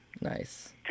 Nice